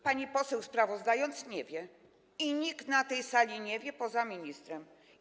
Pani poseł, sprawozdając, nie wie i nikt na tej sali nie wie poza ministrem.